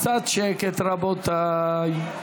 קצת שקט, רבותיי.